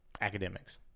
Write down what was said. academics